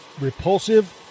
repulsive